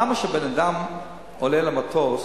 למה כשבן-אדם עולה למטוס